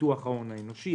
פיתוח ההון האנושי,